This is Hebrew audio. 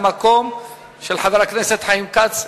של חבר הכנסת חיים כץ,